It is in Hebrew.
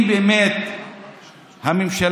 אם באמת הממשלה,